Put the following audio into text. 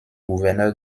gouverneur